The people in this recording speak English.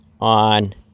on